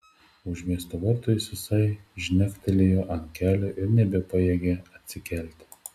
o už miesto vartų jis visai žnektelėjo ant kelio ir nebepajėgė atsikelti